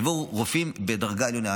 שיבואו רופאים בדרגה עליונה.